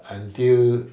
until